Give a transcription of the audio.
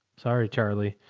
sorry, charlie,